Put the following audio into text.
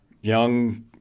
young